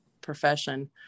profession